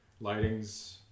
lighting's